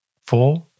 Four